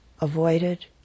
avoided